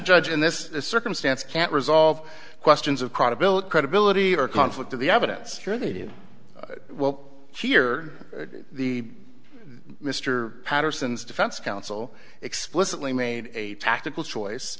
judge in this circumstance can't resolve questions of credibility credibility or conflict of the evidence sure they do well here the mr patterson's defense counsel explicitly made a tactical choice